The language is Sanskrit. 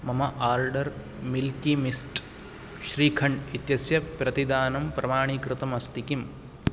मम आर्डर् मिल्कि मिस्ट् श्रीखण्डः इत्यस्य प्रतिदानं प्रमाणीकृतमस्ति किम्